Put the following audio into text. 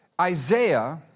Isaiah